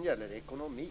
Vad gäller ekonomin